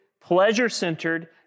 pleasure-centered